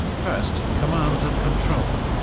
first, command and control.